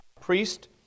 priest